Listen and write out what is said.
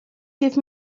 give